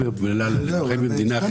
עומדים בפניו ואנחנו היום לא יודעים.